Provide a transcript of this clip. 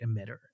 emitter